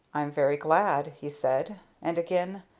i'm very glad, he said and again,